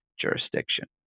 jurisdiction